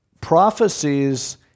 prophecies